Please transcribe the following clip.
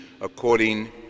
according